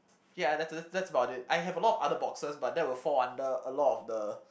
ya that that's that's about it I have a lot of other boxes but that will fall under a lot of the